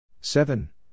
seven